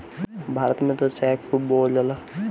भारत में त चाय खूब बोअल जाला